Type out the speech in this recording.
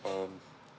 um